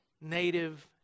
native